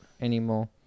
Anymore